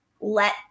let